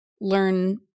learn